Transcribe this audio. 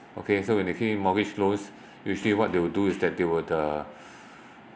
okay so when they key in mortgage loans usually what they would do is that they would uh